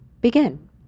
begin